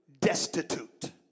destitute